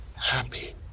happy